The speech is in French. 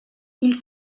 ils